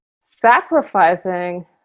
sacrificing